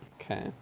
okay